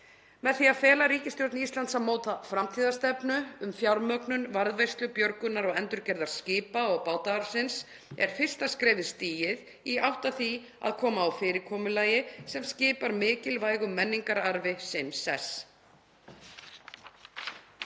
Með því að fela ríkisstjórn Íslands að móta framtíðarstefnu um fjármögnun varðveislu, björgunar og endurgerðar skipa- og bátaarfsins er fyrsta skrefið stigið í átt að því að koma á fyrirkomulagi sem skipar mikilvægum menningararfi sinn sess.